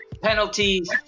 penalties